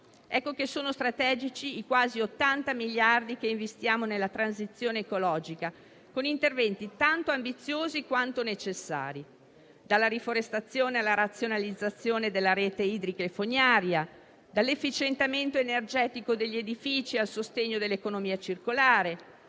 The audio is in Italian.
dunque strategici i quasi 80 miliardi che investiamo nella transizione ecologica, con interventi tanto ambiziosi quanto necessari: dalla riforestazione alla razionalizzazione della rete idrica e fognaria, dall'efficientamento energetico degli edifici al sostegno dell'economia circolare,